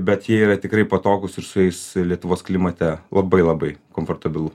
bet jie yra tikrai patogūs ir su jais lietuvos klimate labai labai komfortabilu